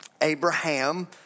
Abraham